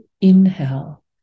inhale